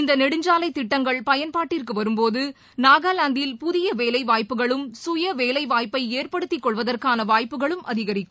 இந்த நெடுஞ்சாலை திட்டங்கள் பயன்பாட்டிற்கு வரும்போது நாகாலாந்தில் புதிய வேலை வாய்ப்புகளும் சுய வேலை வாய்ப்பை ஏற்படுத்தி கொள்வதற்கான வாய்ப்புகளும் அதிகரிக்கும்